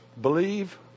believe